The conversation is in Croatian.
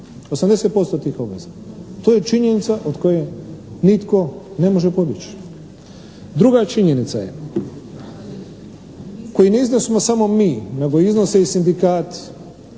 80% tih obveza. To je činjenica od koje nitko ne može pobjeći. Druga činjenica koju ne iznosimo samo mi nego iznose i sindikati